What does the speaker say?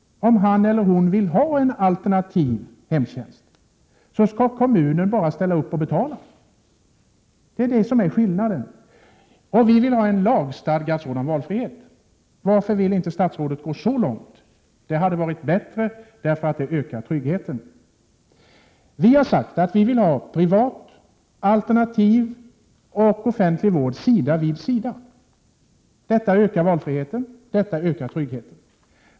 Om han eller hon vill ha en alternativ hemtjänst skall kommunen bara ställa upp och betala. Det är skillnaden. Vi vill ha en lagstiftad sådan valfrihet. Varför vill inte statsrådet gå så långt? Det hade varit bättre — det ökar tryggheten. Vi har sagt att vi vill ha privat, alternativ och offentlig vård sida vid sida. Det ökar valfriheten, det ökar tryggheten.